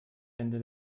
ende